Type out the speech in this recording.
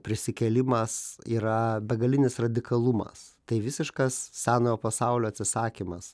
prisikėlimas yra begalinis radikalumas tai visiškas senojo pasaulio atsisakymas